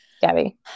Gabby